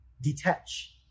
Detach